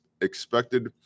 expected